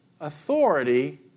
authority